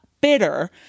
bitter